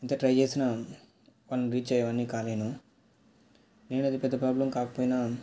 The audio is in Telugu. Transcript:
ఎంత ట్రై చేసినా వాళ్ళని రీచ్ అయ్యేవాడిని కాలేను నేను అది పెద్ద ప్రాబ్లమ్ కాకపోయినా